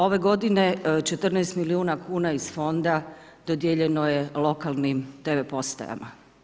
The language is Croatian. Ove godine 14 milijuna kuna iz fonda dodijeljeno je lokalnim tv postajama.